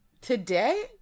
Today